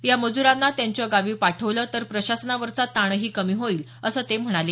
या मजुरांना त्यांच्या गावी पाठवलं तर प्रशासनावरचा ताणही कमी होईल असं ते म्हणाले